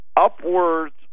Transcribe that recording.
upwards